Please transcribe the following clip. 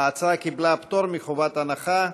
ההצעה קיבלה פטור מחובת הנחה,